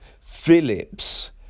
Phillips